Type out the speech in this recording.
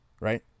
right